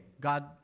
God